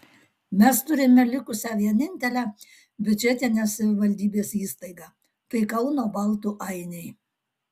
mes turime likusią vienintelę biudžetinę savivaldybės įstaigą tai kauno baltų ainiai